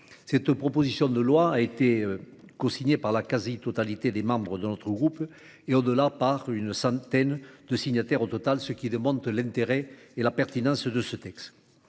Cette proposition de loi a été cosignée par la quasi-totalité des membres de notre groupe et, au-delà, par une centaine de membres de la Haute Assemblée au total, ce qui démontre l'intérêt et la pertinence de ce texte.